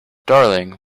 darling